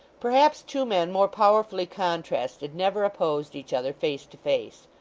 perhaps two men more powerfully contrasted, never opposed each other face to face.